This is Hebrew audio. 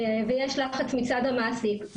ויש לחץ מצד המעסיק.